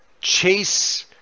Chase